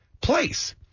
place